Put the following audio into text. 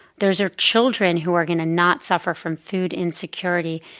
those are children who are going to not suffer from food insecurity,